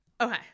Okay